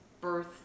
birth